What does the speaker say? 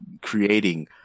creating